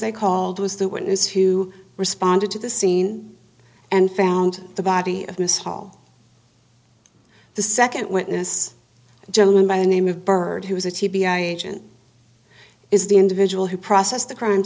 they called was the witness who responded to the scene and found the body of miss hall the second witness gentleman by the name of byrd who was a t b i agent is the individual who processed the crime